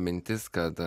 mintis kad